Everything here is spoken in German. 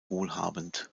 wohlhabend